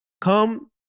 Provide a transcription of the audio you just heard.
come